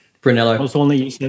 Brunello